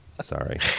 Sorry